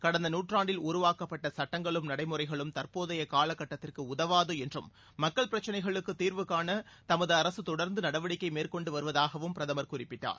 கடந்த நூற்றாண்டில் உருவாக்கப்பட்ட சுட்டங்களும் நடைமுறைகளும் தற்போதைய காலகட்டத்திற்கு உதவாது என்றும் மக்கள் பிரச்சனைகளுக்கு தீர்வு காண தமது அரசு தொடர்ந்து நடவடிக்கை மேற்கொண்டு வருவதாகவும் பிரதமர் குறிப்பிட்டார்